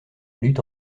lutte